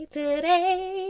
today